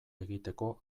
egiteko